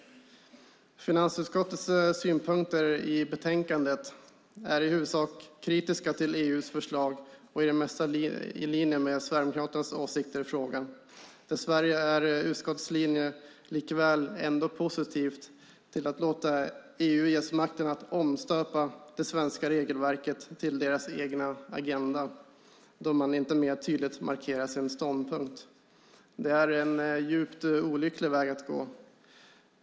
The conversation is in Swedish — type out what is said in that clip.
Finansutskottets synpunkter i utlåtandet är i huvudsak kritiska till EU:s förslag och är i det mesta i linje med Sverigedemokraternas åsikter i frågan. Dess värre är utskottets linje likväl positiv till att låta EU få makten att omstöpa det svenska regelverket till deras egna agenda eftersom man inte mer tydligt markerar sin ståndpunkt. Det är en djupt olycklig väg att gå.